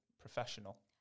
professional